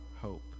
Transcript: hope